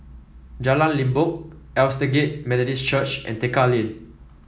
Jalan Limbok Aldersgate Methodist Church and Tekka Lane